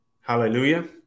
Hallelujah